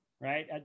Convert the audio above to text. Right